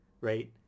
Right